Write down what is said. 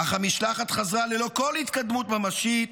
אך המשלחת חזרה ללא כל התקדמות ממשית